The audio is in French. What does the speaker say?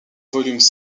volumes